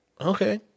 Okay